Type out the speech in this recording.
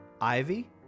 Ivy